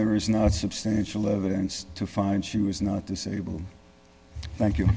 there is not substantial evidence to find she was not disabled thank you